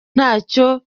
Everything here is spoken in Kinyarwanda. ntacyo